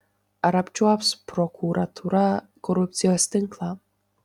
ar apčiuops prokuratūra korupcijos tinklą